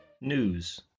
News